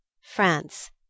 france